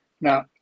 Now